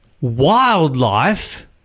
wildlife